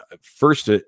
first